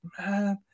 Man